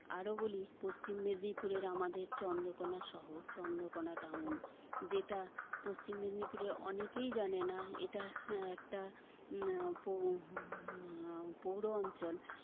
আরও বলি পশ্চিম মেদিনীপুরের আমাদের চন্দ্রকোনা শহর চন্দ্রকোনা টাউন যেটা পশ্চিম মেদনীপুরের অনেকেই জানে না এটা একটা পৌর অঞ্চল